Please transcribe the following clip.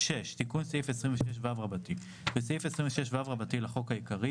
תיקון סעיף 26ו 6. בסעיף 26ו לחוק העיקרי,